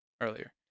earlier